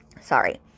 Sorry